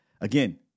again